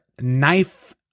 Knife